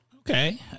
Okay